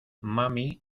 mami